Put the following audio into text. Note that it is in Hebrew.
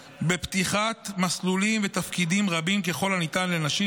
בפתיחת מסלולים ותפקידים רבים ככל הניתן לנשים,